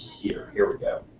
here here we go.